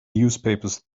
newspapers